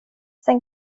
sen